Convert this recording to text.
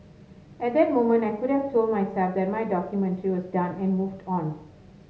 at that moment I could have told myself that my documentary was done and moved on